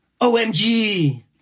OMG